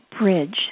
bridge